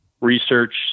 research